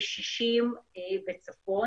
כ-60 בצפון.